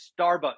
Starbucks